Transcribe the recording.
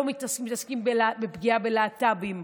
לא מתעסקים בפגיעה בלהט"בים,